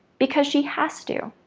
because she has to.